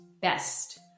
Best